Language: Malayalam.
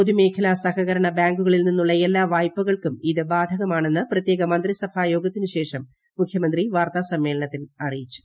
പൊതുമേഖലാ സഹകരണ ബാങ്കുകളിൽ നിന്നുള്ള എല്ലാ വായ്പകൾക്കും ഇത് ബ്രാധകമാണെന്ന് പ്രത്യേക മന്ത്രിസഭാ യോഗത്തിനുശേഷം മൂഖ്യമ്ത്രി വാർത്താ സമ്മേളനത്തിൽ അറിയിച്ചു